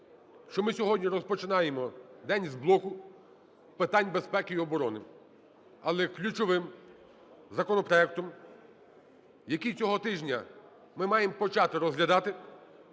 що ми сьогодні розпочинаємо день з блоку питань безпеки і оборони. Але ключовим законопроектом, який цього тижня ми маємо почати розглядати,